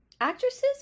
Actresses